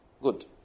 good